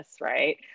right